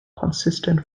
consistent